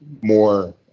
more